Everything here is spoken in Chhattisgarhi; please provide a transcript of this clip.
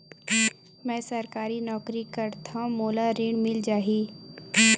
मै सरकारी नौकरी करथव मोला ऋण मिल जाही?